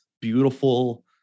beautiful